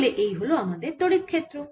তাহলে এই হল আমাদের তড়িৎ ক্ষেত্র